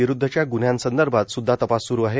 विरुद्धच्या गुन्हया संदर्भात सुद्धा तपास सुरू आहे